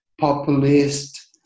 populist